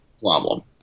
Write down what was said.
problem